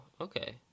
okay